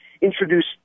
introduce